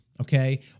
Okay